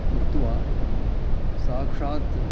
उक्त्वा साक्षात्